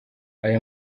aya